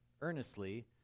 earnestly